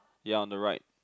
ya on the right